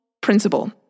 principle